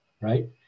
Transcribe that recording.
right